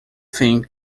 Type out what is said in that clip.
think